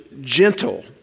gentle